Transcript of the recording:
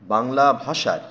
বাংলা ভাষায়